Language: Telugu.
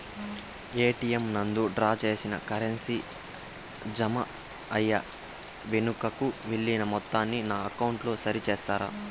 ఎ.టి.ఎం నందు డ్రా చేసిన కరెన్సీ జామ అయి వెనుకకు వెళ్లిన మొత్తాన్ని నా అకౌంట్ లో సరి చేస్తారా?